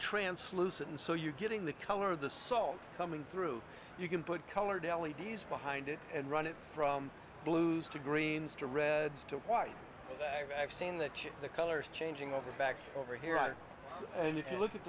translucent and so you're getting the color of the salt coming through you can put colored l e d s behind it and run it from blues to greens to red to white i've seen the chips the colors changing over the back over here and if you look at